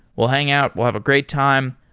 we'll hang out. we'll have a great time.